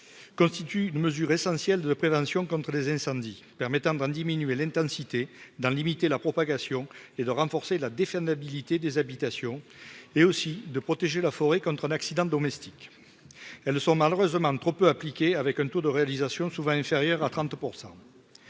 constitue une mesure essentielle de prévention contre les incendies, permettant d'en diminuer l'intensité d'en limiter la propagation et de renforcer la défaite, l'habilité des habitations et aussi de protéger la forêt contre un accident domestique, elles sont malheureusement trop peu appliquée avec un taux de réalisation souvent inférieur à 30